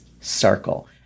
circle